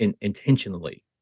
intentionally